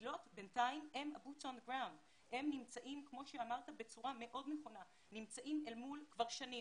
והקהילות נמצאות כמו שאמרת בצורה מאוד נכונה במצב כבר שנים